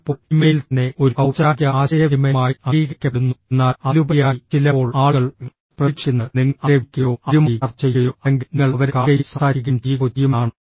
ചിലപ്പോൾ ഇമെയിൽ തന്നെ ഒരു ഔപചാരിക ആശയവിനിമയമായി അംഗീകരിക്കപ്പെടുന്നു എന്നാൽ അതിലുപരിയായി ചിലപ്പോൾ ആളുകൾ പ്രതീക്ഷിക്കുന്നത് നിങ്ങൾ അവരെ വിളിക്കുകയോ അവരുമായി ചർച്ച ചെയ്യുകയോ അല്ലെങ്കിൽ നിങ്ങൾ അവരെ കാണുകയും സംസാരിക്കുകയും ചെയ്യുകയോ ചെയ്യുമെന്നാണ്